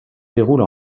déroule